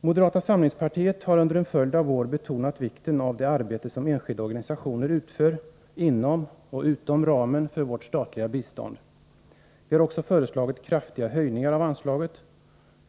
Moderata samlingspartiet har under en följd av år betonat vikten av det arbete som enskilda organisationer utfört inom och utom ramen för vårt statliga bistånd. Vi har också föreslagit kraftiga höjningar av anslaget.